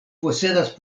posedas